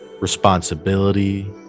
responsibility